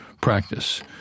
practice—